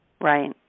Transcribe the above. Right